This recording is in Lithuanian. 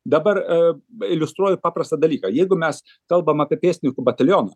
dabar iliustruoju paprastą dalyką jeigu mes kalbam apie pėstininkų batalioną